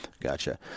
Gotcha